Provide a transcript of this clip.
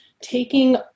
taking